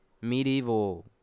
medieval